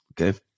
Okay